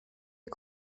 est